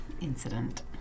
incident